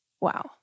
Wow